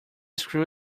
screw